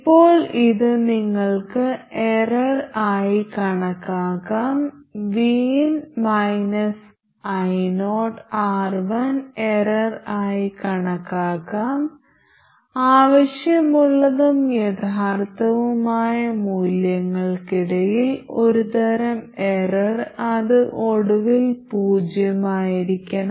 ഇപ്പോൾ ഇത് നിങ്ങൾക്ക് എറർ ആയി കണക്കാക്കാം vin ioR1 എറർ ആയി കണക്കാക്കാം ആവശ്യമുള്ളതും യഥാർത്ഥവുമായ മൂല്യങ്ങൾക്കിടയിൽ ഒരുതരം എറർ അത് ഒടുവിൽ പൂജ്യമായിരിക്കണം